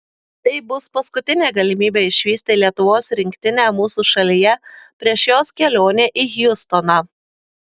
tai bus paskutinė galimybė išvysti lietuvos rinktinę mūsų šalyje prieš jos kelionę į hjustoną